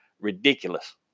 ridiculous